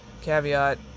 caveat